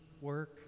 work